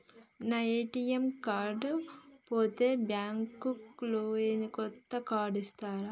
నా ATM card పోతే bank లో కొత్త కార్డు ఇస్తరా?